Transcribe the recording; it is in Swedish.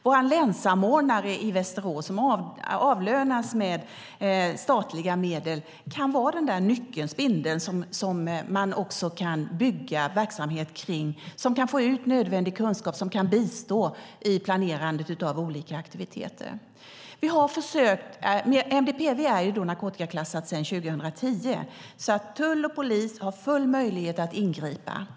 Vår länssamordnare i Västerås, som avlönas med statliga medel, kan vara den där spindeln som kan bygga upp verksamheten, få ut nödvändig kunskap och bistå i planerandet av olika aktiviteter. MDPV är narkotikaklassat sedan 2010, så tull och polis har full möjlighet att ingripa.